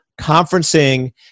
conferencing